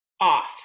off